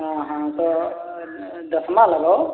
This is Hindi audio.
हाँ हाँ तौ दस में लगाओ